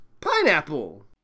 Pineapple